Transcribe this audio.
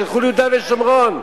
שילכו ליהודה ושומרון.